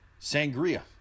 Sangria